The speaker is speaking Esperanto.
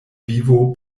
vivo